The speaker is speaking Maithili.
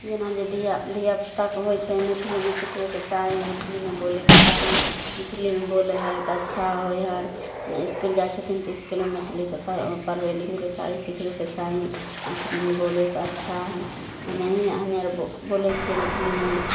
जेना जे धिआ धिआपुताके होइ छै मैथिलीमे सिखबैके चाही मैथिलीमे बोलैके चाही मैथिलीमे बोलै हइ तऽ अच्छा होइ हइ इसकुल जाइ छथिन तऽ इसकुलमे मैथिली से पढ़बै लिखबैके चाही सिखबैके चाही मैथिलीमे बोलै से अच्छा हइ हमे ही हमे आर बोलै छिए मैथिलीमे